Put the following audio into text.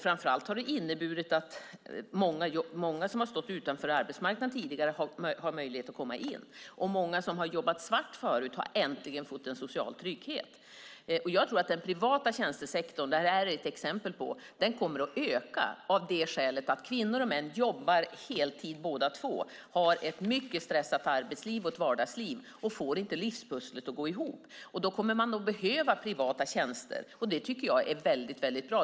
Framför allt har de inneburit att många som har stått utanför arbetsmarknaden tidigare har möjlighet att komma in. Många som tidigare har jobbat svart har äntligen fått en social trygghet. Jag tror att den privata tjänstesektorn, som det här är ett exempel på, kommer att öka eftersom kvinnor och män jobbar heltid och har ett mycket stressat arbetsliv och vardagsliv och inte får livspusslet att gå ihop. Då kommer man att behöva privata tjänster. Det tycker jag är bra.